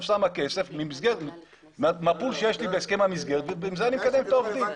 שמה כסף מהפול שיש לה בהסכם המסגרת ועם זה היא מקדמת את העובדים.